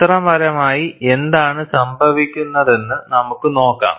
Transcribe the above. ചിത്രപരമായി എന്താണ് സംഭവിക്കുന്നതെന്ന് നമുക്ക് നോക്കാം